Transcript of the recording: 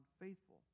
faithful